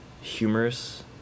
humorous